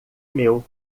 meu